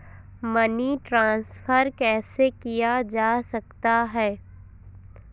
Money transfer कैसे किया जा सकता है?